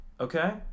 Okay